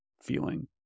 feeling